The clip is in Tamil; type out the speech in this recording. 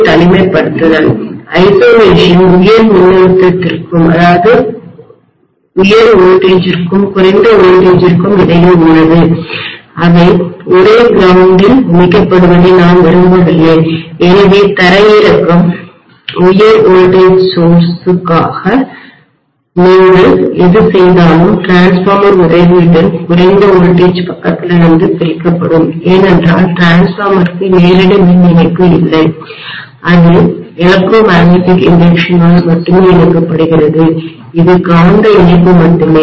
தனிமைப்படுத்தல் ஐசொலேஷன் உயர் மின்னழுத்தத்திற்கும் வோல்டேஜிற்கும் குறைந்த மின்னழுத்தத்திற்கும்வோல்டேஜிற்கும் இடையில் உள்ளது அவை ஒரே கிரவுன்ட் ல் இணைக்கப்படுவதை நான் விரும்பவில்லை எனவே தரையிறக்கம் உயர் மின்னழுத்தவோல்டேஜ் சோர்ஸ் ற்காக நீங்கள் எது செய்தாலும் டிரான்ஸ்ஃபார்மர் உதவியுடன் குறைந்த மின்னழுத்தவோல்டேஜ் பக்கத்திலிருந்து பிரிக்கப்படும் ஏனென்றால் டிரான்ஸ்ஃபார்மர்க்கு நேரடி மின் இணைப்பு இல்லை அது மின்காந்த தூண்டலால்எலக்ட்ரோ மேக்னெட்டிக் இண்டக்ஷன் ஆல் மட்டுமே இணைக்கப்படுகிறது இது காந்த இணைப்பு மட்டுமே